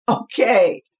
Okay